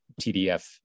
TDF